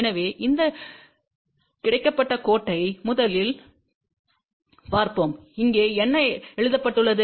எனவே இந்த கிடைமட்ட கோட்டை முதலில் பார்ப்போம் இங்கே என்ன எழுதப்பட்டுள்ளது